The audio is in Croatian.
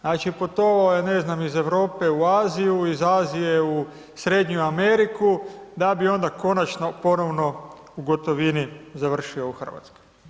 Znači putovao je ne znam iz Europe u Aziju, iz Azije u Srednju Ameriku, da bi onda konačno ponovno u gotovini završio u Hrvatskoj.